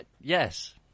Yes